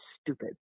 stupid